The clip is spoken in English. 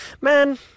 Man